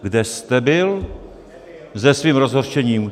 Kde jste byl se svým rozhořčením?